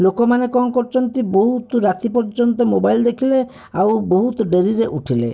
ଲୋକମାନେ କ'ଣ କରୁଛନ୍ତି ବହୁତ ରାତି ପର୍ଯ୍ୟନ୍ତ ମୋବାଇଲ୍ ଦେଖିଲେ ଆଉ ବହୁତ ଡ଼େରିରେ ଉଠିଲେ